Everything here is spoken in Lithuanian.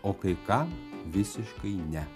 o kai kam visiškai ne